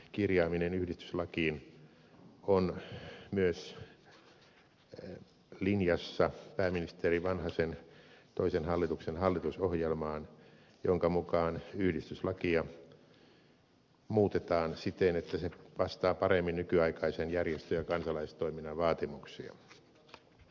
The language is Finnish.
etäosallistumisen kirjaaminen yhdistyslakiin on myös linjassa pääministeri vanhasen toisen hallituksen hallitusohjelman kanssa jonka mukaan yhdistyslakia muutetaan siten että se vastaa paremmin nykyaikaisen järjestö ja kansalaistoiminnan vaati muksia